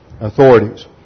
authorities